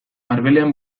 arbelean